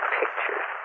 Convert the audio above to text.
pictures